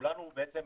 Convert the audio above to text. שכולנו מצויים